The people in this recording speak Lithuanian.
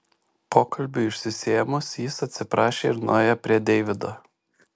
pokalbiui išsisėmus jis atsiprašė ir nuėjo prie deivido